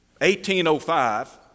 1805